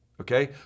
Okay